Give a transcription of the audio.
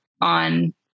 on